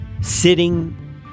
sitting